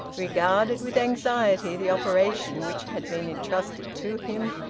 regarded with anxiety the operation which had been entrusted to him,